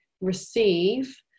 receive